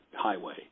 highway